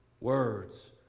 Words